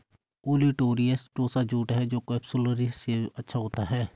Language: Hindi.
ओलिटोरियस टोसा जूट है जो केपसुलरिस से अच्छा होता है